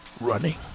Running